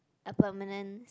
a permanent